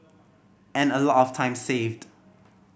and a lot of time saved